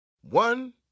One